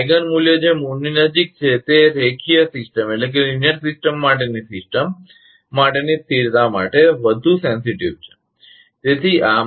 eigen મૂલ્ય જે મૂળની નજીક છે તે રેખીય સિસ્ટમ માટેની સિસ્ટમ માટેની સ્થિરતા માટે વધુ સંવેદનશીલ છે